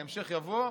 ההמשך יבוא.